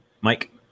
Mike